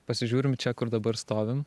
pasižiūrim čia kur dabar stovim